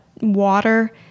water